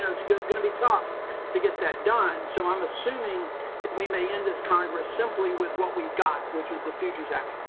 it's going going to be tough to get that done. so, i'm assuming that we may end this congress simply with what we've got, which is the futures act.